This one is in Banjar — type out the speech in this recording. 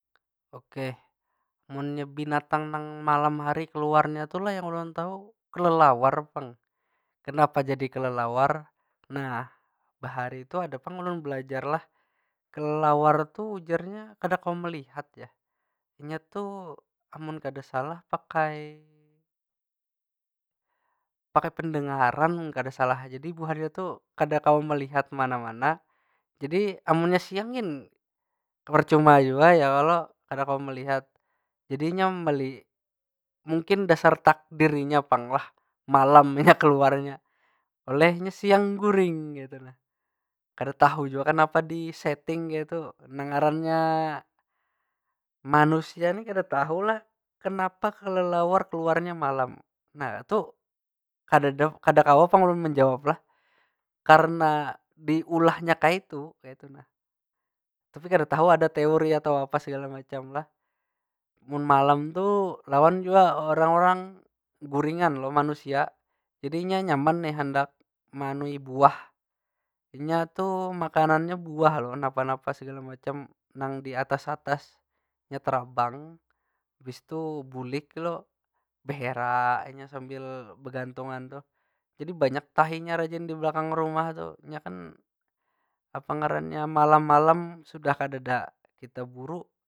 Okeh, munnya binatang nang malam hari keluarnya tu lah yang ulun tahu kelelawar pang. Kenapa jadi kelelawar, nah bahari tu ada pang ulun belajar lah. Kelelawar tu jarnya kada kawa melihat jar. Inya tu amun kada salah pakai, pakai pendengaran mun kada salah. Jadi buhannya tu kada kawa melihat mana- mana. Jadi amunnya siang gin percuma jua ya kalo? Kada kawa melihat. Jadi nya mungkin dasar takdir inya pang lah, malam inya keluarnya. Oleh nya siang guring kaytu nah. Kada tahu jua kenapa disetting kaytu. Nang ngarannya manusia ni kada tahu lah, kenapa kelelawar keluarnya malam? Nah tu, kadeda, kada kawa pang ulun menjawab lah. Karena diulahnya kaytu, kaytu nah. Tapi kada tahu ada teori atau apa segala macam lah. Mun malam tu lawan jua orang- orang guringan lo manusia. Jadi inya nyaman nih, meanui buah. Inya tu makanannya buah lo, napa- napa segala macam, nang di atas- atas. Nya tarabang, habis tu bulik lo, behera nya sambil begantungan tu. Jadi banyak tahinya rajin di belakang rumah tu. Nya kan, apa namanya, malam- malam sudah kadeda kita buru.